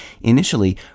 Initially